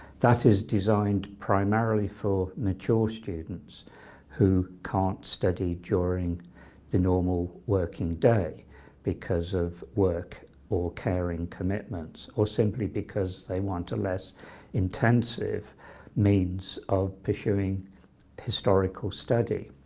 that is designed primarily for mature students who can't study during the normal working day because of work or caring commitments, or simply because they want a less intensive means of pursuing historical study.